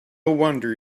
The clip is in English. wonder